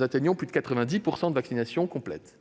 atteint plus de 90 % de vaccinations complètes,